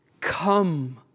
Come